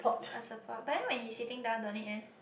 a support but then when he sitting down don't need eh